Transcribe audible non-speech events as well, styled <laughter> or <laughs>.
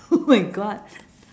oh my god <laughs>